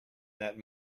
that